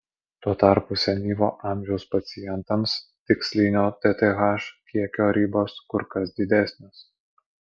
tuo tarpu senyvo amžiaus pacientams tikslinio tth kiekio ribos kur kas didesnės